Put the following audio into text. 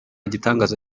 gitangaza